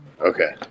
Okay